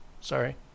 Sorry